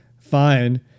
fine